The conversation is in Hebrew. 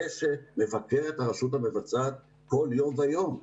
זה שמבקר את הרשות המבצעת כל יום ויום.